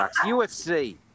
UFC